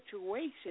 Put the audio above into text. situation